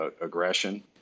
aggression